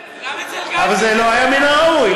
גם אצל גנדי, אבל זה לא היה מן הראוי.